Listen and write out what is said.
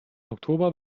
oktober